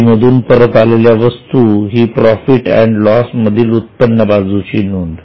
विक्री मधून परत आलेल्या वस्तू ही प्रॉफिट अँड लॉस मधील उत्पन्न बाजूची नोंद